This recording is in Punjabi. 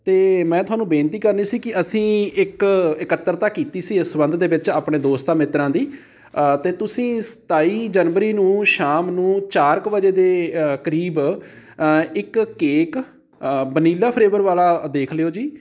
ਅਤੇ ਮੈਂ ਤੁਹਾਨੂੰ ਬੇਨਤੀ ਕਰਨੀ ਸੀ ਕਿ ਅਸੀਂ ਇੱਕ ਇਕੱਤਰਤਾ ਕੀਤੀ ਸੀ ਇਸ ਸੰਬੰਧ ਦੇ ਵਿੱਚ ਆਪਣੇ ਦੋਸਤਾਂ ਮਿੱਤਰਾਂ ਦੀ ਅਤੇ ਤੁਸੀਂ ਸਤਾਈ ਜਨਵਰੀ ਨੂੰ ਸ਼ਾਮ ਨੂੰ ਚਾਰ ਕੁ ਵਜੇ ਦੇ ਕਰੀਬ ਇੱਕ ਕੇਕ ਵਨੀਲਾ ਫਲੇਬਰ ਵਾਲਾ ਦੇਖ ਲਿਓ ਜੀ